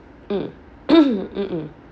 mm mm mm